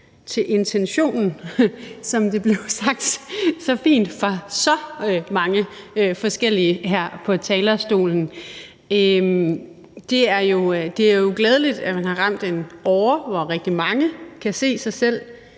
til intentionen, som det blev sagt så fint af så mange forskellige her på talerstolen. Det er jo glædeligt, at man har ramt en åre af noget, som rigtig mange kan se sig selv